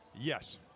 Yes